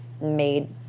made